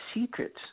secrets